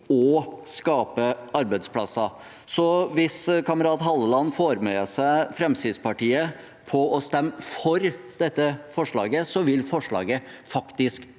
og skaper arbeidsplasser. Hvis kamerat Halleland får med seg Fremskrittspartiet på å stemme for dette forslaget, så vil forslaget faktisk